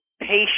patient